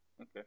Okay